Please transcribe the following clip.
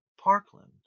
parkland